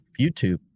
YouTube